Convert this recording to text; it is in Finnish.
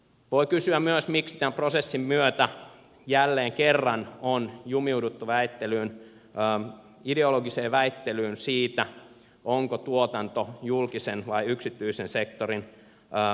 voi kysyä myös miksi tämän prosessin myötä jälleen kerran on jumiuduttu väittelyyn ideologiseen väittelyyn siitä onko tuotanto julkisen vai yksityisen sektorin tehtävä